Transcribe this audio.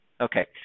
Okay